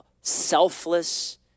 selfless